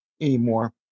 anymore